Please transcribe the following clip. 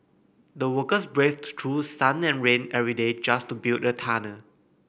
the workers braved through sun and rain every day just to build the tunnel